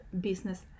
business